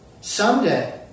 someday